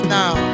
now